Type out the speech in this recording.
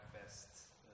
best